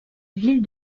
ville